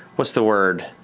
what's the word?